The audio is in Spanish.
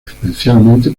especialmente